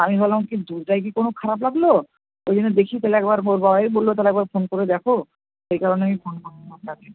আমি ভাবলাম কী দুধটায় কী কোনো খারাপ লাগলো ওই জন্য দেখি তালে একবার ওর বাবাই বললো তালে একবার ফোন করে দেখো সেই কারণে আমি ফোন করলাম আপনাকে